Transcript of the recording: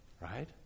Right